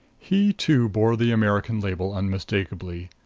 he, too, bore the american label unmistakably.